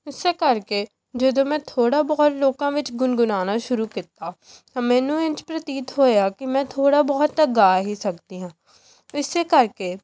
ਇਸ ਕਰਕੇ ਜਦੋਂ ਮੈਂ ਥੋੜ੍ਹਾ ਬਹੁਤ ਲੋਕਾਂ ਵਿੱਚ ਗੁਣਗੁਣਾਉਣਾ ਸ਼ੁਰੂ ਕੀਤਾ ਤਾਂ ਮੈਨੂੰ ਇੰਝ ਪ੍ਰਤੀਤ ਹੋਇਆ ਕਿ ਮੈਂ ਥੋੜ੍ਹਾ ਬਹੁਤ ਤਾਂ ਗਾ ਹੀ ਸਕਦੀ ਹਾਂ ਇਸ ਕਰਕੇ